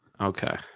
Okay